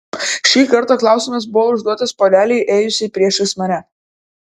ši kartą klausimas buvo užduotas porelei ėjusiai priešais mane